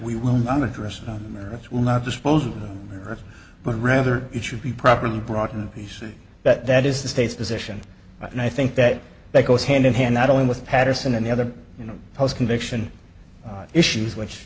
we will monitor us on the earth will not dispose of earth but rather it should be properly brought in p c that that is the state's position and i think that that goes hand in hand not only with patterson and the other you know post conviction issues which